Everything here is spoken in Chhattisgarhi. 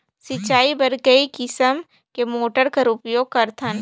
सिंचाई बर कई किसम के मोटर कर उपयोग करथन?